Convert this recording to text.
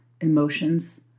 emotions